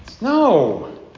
No